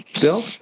Bill